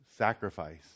sacrifice